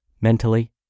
mentally